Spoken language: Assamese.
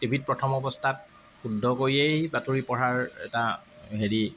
টি ভিত প্ৰথম অৱস্থাত শুদ্ধ কৰিয়েই বাতৰি পঢ়াৰ এটা হেৰি